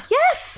yes